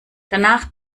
danach